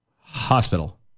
hospital